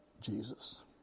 Jesus